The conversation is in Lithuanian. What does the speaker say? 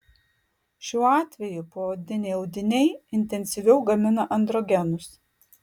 šiuo atveju poodiniai audiniai intensyviau gamina androgenus